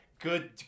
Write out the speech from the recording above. Good